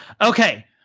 Okay